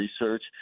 research